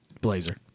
blazer